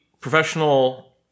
professional